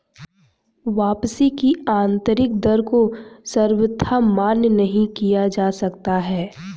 वापसी की आन्तरिक दर को सर्वथा मान्य नहीं किया जा सकता है